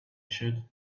should